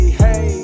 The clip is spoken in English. hey